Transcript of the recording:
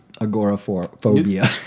Agoraphobia